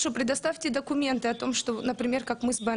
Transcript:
תספקו מסמכים על כך.